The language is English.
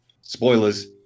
Spoilers